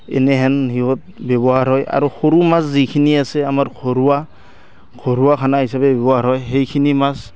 এনেহেন সিহঁত ব্যৱহাৰ হয় আৰু সৰু মাছ যিখিনি আছে আমাৰ ঘৰুৱা ঘৰুৱা খানা হিচাপে ব্যৱহাৰ হয় সেইখিনি মাছ